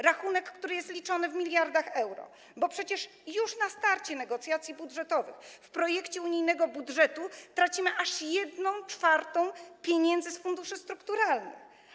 Rachunek jest liczony w miliardach euro, bo przecież już na starcie negocjacji budżetowych w projekcie unijnego budżetu tracimy aż 1/4 pieniędzy z funduszy strukturalnych.